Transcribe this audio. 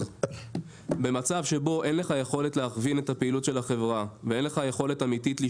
אבל החברה הכושלת שצריכה להתמזג, מתי היא